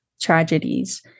tragedies